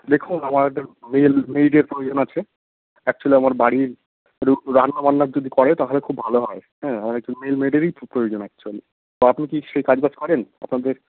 দেখুন আমাদের মেল মেইডের প্রয়োজন আছে অ্যাকচুয়ালি আমার বাড়ির একটু রান্না বান্না যদি করে তাহলে খুব ভালো হয় হ্যাঁ আমার একজন মেল মেইডেরই প্রয়োজন অ্যাকচুয়ালি তো আপনি কি সেই কাজ বাজ করেন আপনাদের